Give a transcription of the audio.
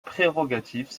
prérogatives